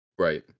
Right